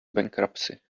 bankruptcy